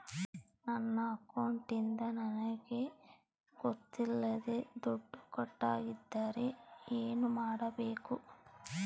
ನನ್ನ ಅಕೌಂಟಿಂದ ನನಗೆ ಗೊತ್ತಿಲ್ಲದೆ ದುಡ್ಡು ಕಟ್ಟಾಗಿದ್ದರೆ ಏನು ಮಾಡಬೇಕು?